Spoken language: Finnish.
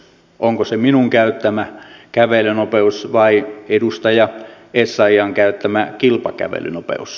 onko se minun käyttämäni kävelynopeus vai edustaja essayahin käyttämä kilpakävelynopeus